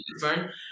burn